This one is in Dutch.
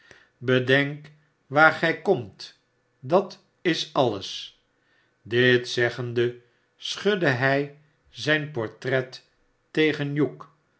bedenk waar gij komt dat is alles dit zeggende schudde hij zijn portret tegen hugh